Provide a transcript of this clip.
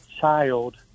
child